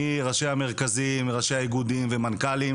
מראשי המרכזים, ראשי האיגודים והמנכ"לים